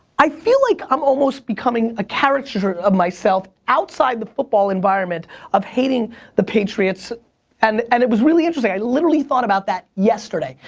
i feel like i'm almost becoming a caricature of myself outside the football environment of hating the patriots and and it was really interesting. i literally thought about that yesterday.